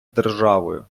державою